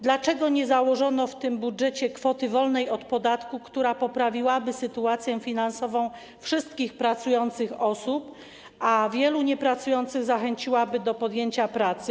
Dlaczego nie założono w tym budżecie kwoty wolnej od podatku, która poprawiłaby sytuację finansową wszystkich pracujących osób, a wielu niepracujących zachęciłaby do podjęcia pracy?